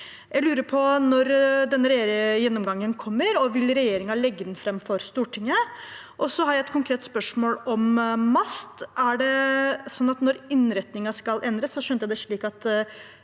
Jeg lurer på når denne gjennomgangen kommer, og om regjeringen vil legge den fram for Stortinget. Så har jeg et konkret spørsmål om MAST. Når innretningen skal endres, skjønte jeg det